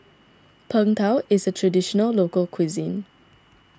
Png Tao is a Traditional Local Cuisine